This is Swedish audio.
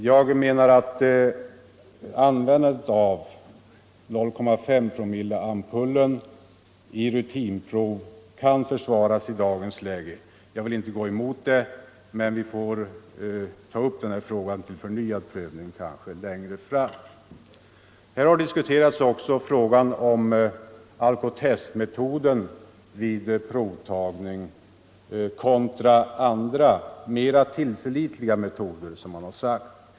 Jag menar att användandet av 0,5-promilleampullen i rutinprov kan försvaras i dagens läge. Jag vill alltså inte gå emot detta förslag men vi får ta upp den här frågan till förnyad prövning längre fram. Här har också diskuterats frågan om Alcotestmetoden för provtagning kontra andra mera tillförlitliga metoder.